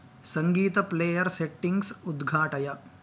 सङ्गीत player settings उद्घाटय